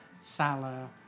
Salah